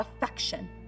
affection